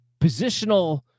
positional